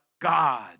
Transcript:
God